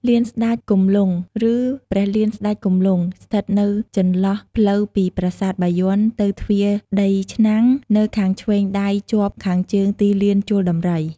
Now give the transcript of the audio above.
លានស្តេចគំលង់ ឬព្រះលានស្តេចគំលង់ ស្ថិតនៅចន្លោះផ្លូវពីប្រាសាទបាយ័នទៅទ្វារដីឆ្នាំង នៅខាងធ្វេងដៃជាប់ខាងជើងទីលានជល់ដំរី។